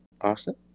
Austin